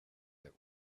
that